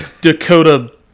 Dakota